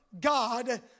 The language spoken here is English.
God